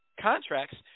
contracts